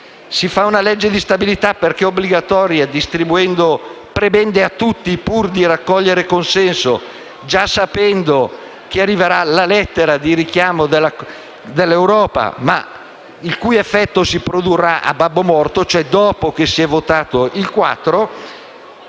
Si approva una legge di stabilità perché è obbligatoria, distribuendo prebende a tutti pur di raccogliere consenso, già sapendo che arriverà la lettera di richiamo dell'Europa, il cui effetto si produrrà a babbo morto, cioè dopo il voto del 4